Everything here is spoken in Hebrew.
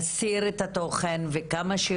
אני חושבת שגוגל,